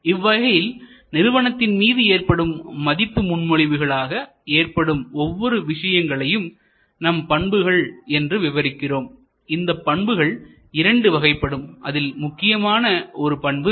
இவ்வகையில் நிறுவனத்தின் மீது ஏற்படும் மதிப்பு முன்மொழிவுகள் ஆக ஏற்படும் ஒவ்வொரு விஷயங்களையும் நம் பண்புகள் என்று விவரிக்கின்றோம் இந்த பண்புகள் இரண்டு வகைப்படும் அதில் முக்கியமான ஒரு பண்பு